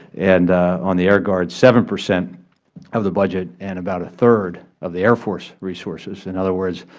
and on the air guard seven percent of the budget and about a third of the air force resources. in other words,